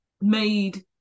made